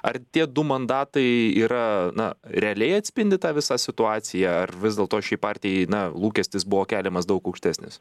ar tie du mandatai yra na realiai atspindi tą visą situaciją ar vis dėlto šiai partijai na lūkestis buvo keliamas daug aukštesnis